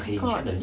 my god